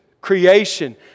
creation